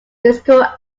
musical